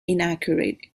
inaccurate